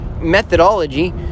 methodology